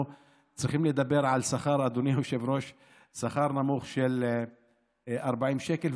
שאנחנו צריכים לדבר על שכר נמוך של 40 שקל,